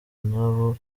n’abo